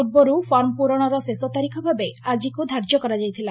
ପୂର୍ବରୁ ଫର୍ମ ପୂରଣର ଶେଷ ତାରିଖ ଭାବେ ଆକିକୁ ଧାର୍ଯ୍ୟ କରାଯାଇଥିଲା